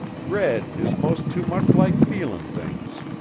red is most too much like feelin' things.